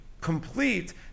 complete